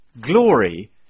Glory